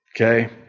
okay